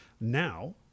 Now